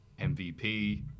MVP